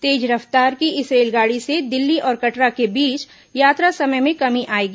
तेज रफ्तार की इस रेलगाड़ी से दिल्ली और कटरा के बीच यात्रा समय में कमी आएगी